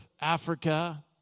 Africa